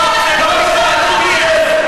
עכשיו אתה משתמש ביהדות?